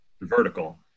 vertical